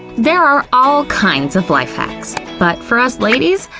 there are all kinds of life hacks. but for us ladies?